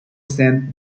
sent